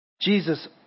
Jesus